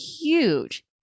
huge